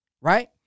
right